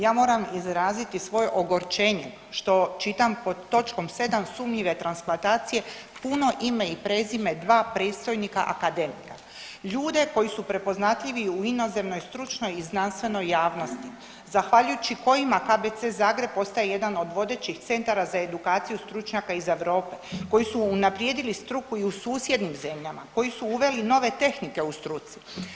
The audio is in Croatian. Ja moram izraziti svoje ogorčenje što čitam pod točkom 7 sumnjive transplantacije puno ime i prezime dva predstojnika akademika, ljude koji su prepoznatljivi u inozemnoj, stručnoj i znanstvenoj javnosti, zahvaljujući kojima KBC Zagreb postaje jedan od vodećih centara za edukaciju stručnjaka iz Europe, koji su unaprijedili struku i u susjednim zemljama, koji su uveli nove tehnike u struci.